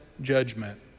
judgment